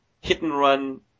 hit-and-run